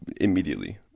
immediately